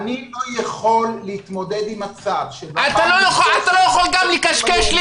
אני לא יכול להתמודד עם מצב --- אתה גם לא יכול לקשקש לי.